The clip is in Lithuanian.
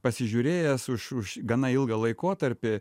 pasižiūrėjęs už už gana ilgą laikotarpį